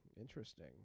Interesting